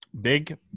Big